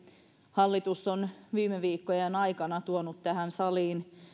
hallitus on viime viikkojen aikana tuonut tähän saliin